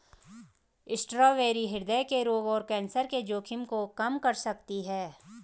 strawberry हृदय रोग और कैंसर के जोखिम को कम कर सकती है